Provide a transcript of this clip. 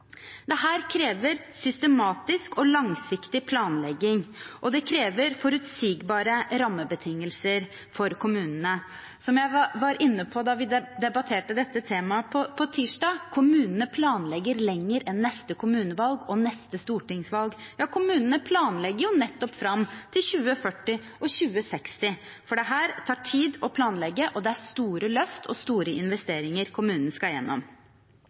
krever systematisk og langsiktig planlegging, og det krever forutsigbare rammebetingelser for kommunene. Som jeg var inne på da vi debatterte dette temaet tirsdag: Kommunene planlegger lenger enn til neste kommunevalg og neste stortingsvalg. Kommunene planlegger nettopp fram til 2040 og 2060, for dette tar tid å planlegge. Det er store løft og store investeringer kommunene skal gjennom.